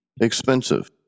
expensive